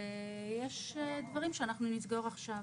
יש דברים שנסגור עכשיו.